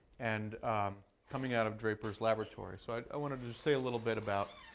and coming out of draper's laboratories. so i wanted to say a little bit about